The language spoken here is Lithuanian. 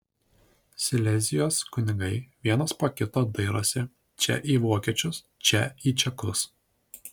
silezijos kunigai vienas po kito dairosi čia į vokiečius čia į čekus